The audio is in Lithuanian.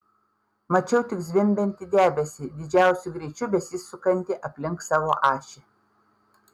mačiau tik zvimbiantį debesį didžiausiu greičiu besisukantį aplink savo ašį